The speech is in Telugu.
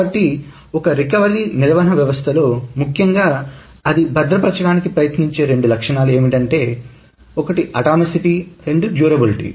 కాబట్టి ఒక రికవరీ నిర్వహణ వ్యవస్థలో ముఖ్యంగా అది భద్రపరచడానికి ప్రయత్నించే రెండు లక్షణాలు అటామిసిటీ మరియు డ్యూరబులిటీ